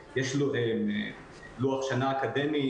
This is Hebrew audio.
יש לוח שנה אקדמי,